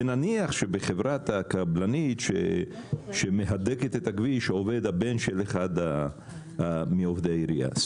ונניח שבחברה הקבלנית שמהדקת את הכביש עובד הבן של אחד מעובדי העירייה.